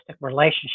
relationship